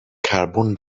carbon